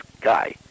guy